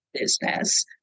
business